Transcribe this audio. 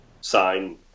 sign